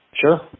Sure